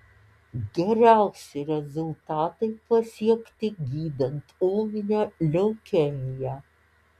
geriausi rezultatai pasiekti gydant ūminę leukemiją